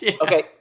Okay